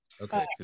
Okay